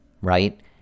Right